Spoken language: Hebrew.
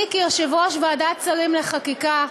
אני, כיושבת-ראש ועדת שרים לחקיקה,